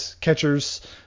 catchers